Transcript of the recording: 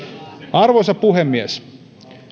arvoisa puhemies